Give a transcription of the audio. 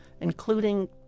including